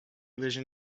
vision